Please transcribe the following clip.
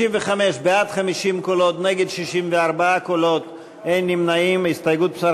התוצאה: בעד, 50, נגד, 64. הסתייגות מס'